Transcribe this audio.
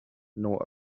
nor